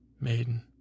maiden